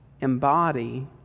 embody